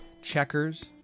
Checkers